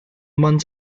months